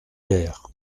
hier